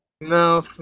No